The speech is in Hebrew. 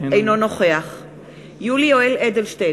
אינו נוכח יולי יואל אדלשטיין,